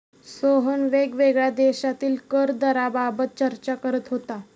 सोहन वेगवेगळ्या देशांतील कर दराबाबत चर्चा करत होता